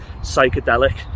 psychedelic